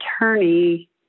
attorney